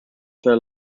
their